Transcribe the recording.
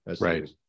right